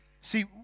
See